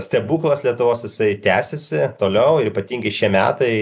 stebuklas lietuvos jisai tęsiasi toliau ir ypatingai šie metai